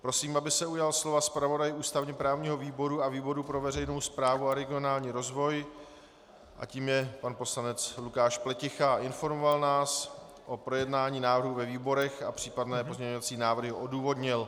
Prosím, aby se slova ujal zpravodaj ústavněprávního výboru a výboru pro veřejnou správu a regionální rozvoj, tím je pan poslanec Lukáš Pleticha, a informoval nás o projednání návrhu ve výborech a případné pozměňovací návrhy odůvodnil.